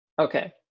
Okay